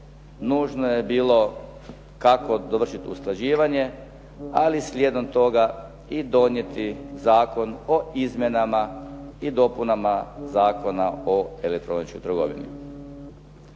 nužno je bilo kako dovršiti usklađivanje, ali slijedom toga i donijeti Zakon o izmjenama i dopunama Zakona o elektroničkoj trgovini.